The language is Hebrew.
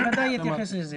הוא ודאי יתייחס לזה.